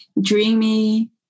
dreamy